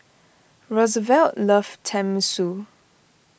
Rosevelt loves Tenmusu